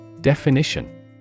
Definition